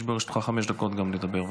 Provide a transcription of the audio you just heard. יש גם לרשותך חמש דקות לדבר.